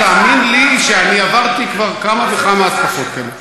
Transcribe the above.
תאמין לי שאני עברתי כבר כמה וכמה התקפות כאלה.